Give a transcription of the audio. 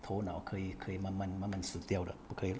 头脑可以可以慢慢慢慢死掉的不可以